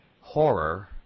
horror